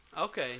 Okay